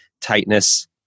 tightness